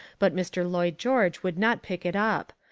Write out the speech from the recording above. but mr. lloyd george would not pick it up.